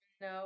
No